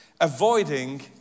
avoiding